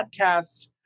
podcast